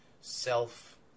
self